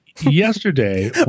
yesterday